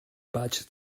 badge